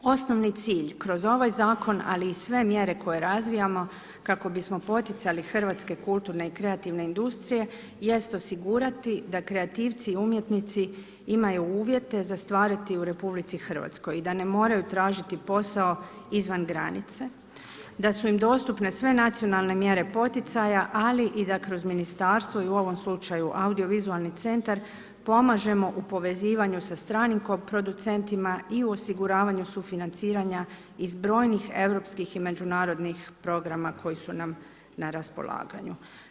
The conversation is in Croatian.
Osnovni cilj kroz ovaj zakon, ali i sve mjere koje razvijamo kako bismo poticali hrvatske kulturne i kreativne industrije jest osigurati da kreativci, umjetnici imaju uvjete za stvarati u RH i da ne moraju tražiti posao izvan granice, da su im dostupne sve nacionalne mjere poticaja, ali i da kroz ministarstvo i u ovom slučaju audiovizualni centar pomažemo u povezivanju sa stranim koproducentima i u osiguravanju sufinanciranja iz brojnih europskih i međunarodnih programa koji su nam na raspolaganju.